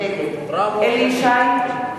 נגד אליהו ישי,